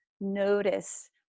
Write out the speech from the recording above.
Notice